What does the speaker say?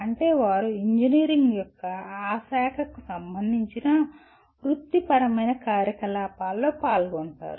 అంటే వారు ఇంజనీరింగ్ యొక్క ఆ శాఖకు సంబంధించిన వృత్తిపరమైన కార్యకలాపాలలో పాల్గొంటారు